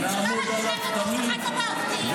אני אגיד לך דבר אחד מאוד פשוט,